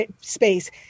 space